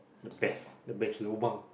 the best the best lobang